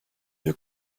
veux